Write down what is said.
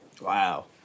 Wow